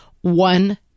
one